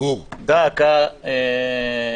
דא עקא,